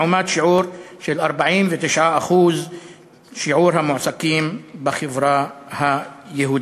לעומת שיעור של 49% שיעור המועסקים בחברה היהודית.